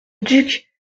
duc